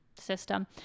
system